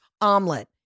omelet